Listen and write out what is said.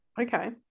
Okay